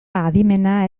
adimena